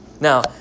Now